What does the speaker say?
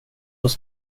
oss